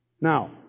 Now